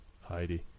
heidi